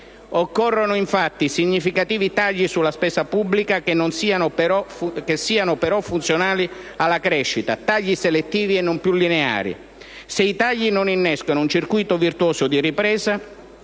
Occorrono, infatti, significativi tagli alla spesa pubblica che siano però funzionali alla crescita: tagli selettivi e non più lineari. Se i tagli non innescano un circuito virtuoso di ripresa,